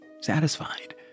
satisfied